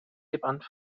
gebannt